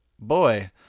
boy